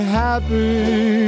happy